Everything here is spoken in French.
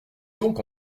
donc